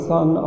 Son